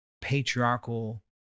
patriarchal